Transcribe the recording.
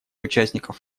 участников